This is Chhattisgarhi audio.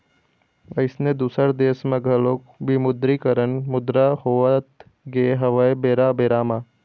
अइसने दुसर देश म घलोक विमुद्रीकरन मुद्रा होवत गे हवय बेरा बेरा म